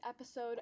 episode